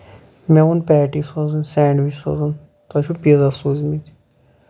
مےٚ ووٚن پیٹی سوزیو سینڈوِچ سوٗزو تۄہہِ چھِو پیٖزا سوٗزمٕتۍ